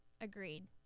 Agreed